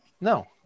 No